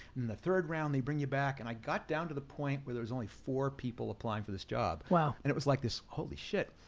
the third round they bring you back, and i got down to the point where there was only four people applying for this job. and it was like this, holy shit,